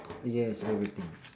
yes everything